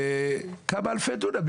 וכמה אלפי דונמים